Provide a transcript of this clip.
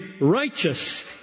righteous